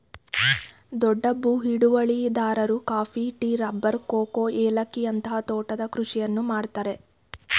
ದೊಡ್ಡ ಭೂ ಹಿಡುವಳಿದಾರರು ಕಾಫಿ, ಟೀ, ರಬ್ಬರ್, ಕೋಕೋ, ಏಲಕ್ಕಿಯಂತ ತೋಟದ ಕೃಷಿಯನ್ನು ಮಾಡ್ತರೆ